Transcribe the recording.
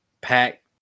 pack